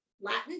Latin